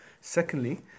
secondly